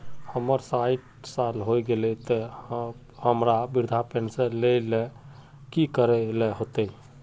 हमर सायट साल होय गले ते अब हमरा वृद्धा पेंशन ले की करे ले होते?